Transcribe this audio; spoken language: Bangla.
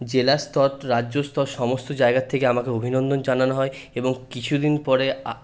জেলাস্তর রাজ্যস্তর সমস্ত জায়গার থেকে আমাকে অভিনন্দন জানানো হয় এবং কিছুদিন পরে আ